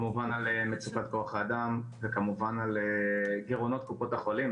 כמובן על מצוקת כוח האדם וכמובן על גרעונות קופות החולים.